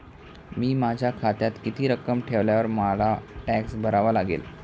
मी माझ्या खात्यात किती रक्कम ठेवल्यावर मला टॅक्स भरावा लागेल?